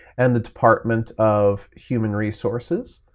and the department of human resources.